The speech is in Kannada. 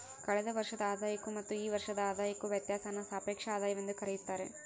ಕಳೆದ ವರ್ಷದ ಆದಾಯಕ್ಕೂ ಮತ್ತು ಈ ವರ್ಷದ ಆದಾಯಕ್ಕೂ ವ್ಯತ್ಯಾಸಾನ ಸಾಪೇಕ್ಷ ಆದಾಯವೆಂದು ಕರೆಯುತ್ತಾರೆ